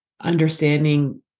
understanding